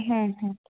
ಹ್ಞೂ ಹ್ಞೂ